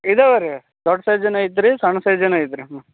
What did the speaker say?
ಇದಾವು ರೀ ದೊಡ್ಡ ಸೈಜೂನು ಐತ್ರಿ ಸಣ್ಣ ಸೈಜೂನು ಐತ್ರಿ